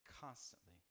constantly